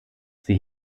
sie